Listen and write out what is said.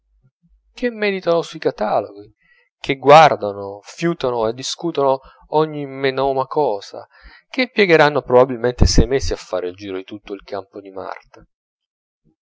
che meditano sui cataloghi che guardano fiutano e discutono ogni menoma cosa che impiegheranno probabilmente sei mesi a fare il giro di tutto il campo di marte